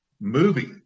movie